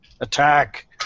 Attack